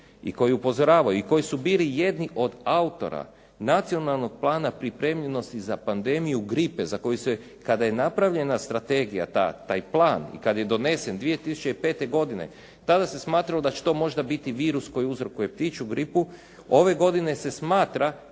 i koji upozoravaju i koji su bili jedni od autora nacionalnog plana pripremljenosti za pandemiju gripe za koju se kada je napravljena strategija ta, taj plan i kad je donesen 2005. godine tada se smatralo da će to možda biti virus koji uzrokuje ptičju gripu. Ove godine se smatra